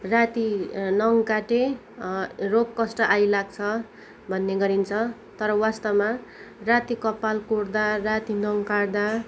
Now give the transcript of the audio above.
राति नङ काटे रोग कष्ट आइलाग्छ भन्ने गरिन्छ तर वास्तवमा राति कपाल कोर्दा राति नङ काट्दा